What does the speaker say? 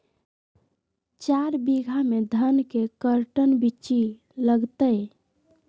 चार बीघा में धन के कर्टन बिच्ची लगतै?